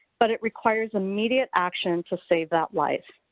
but it requires immediate action to save that life.